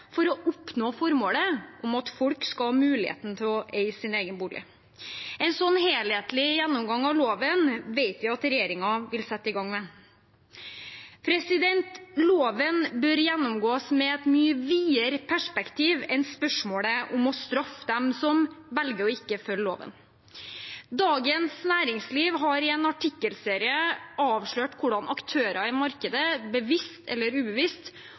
for å oppnå formålet om at folk skal ha muligheten til å eie sin egen bolig. En slik helthetlig gjennomgang av loven vet vi at regjeringen vil sette i gang med. Loven bør gjennomgås med et mye videre perspektiv enn spørsmålet om å straffe dem som velger å ikke følge loven. Dagens Næringsliv har i en artikkelserie avslørt hvordan aktører i markedet bevisst eller ubevisst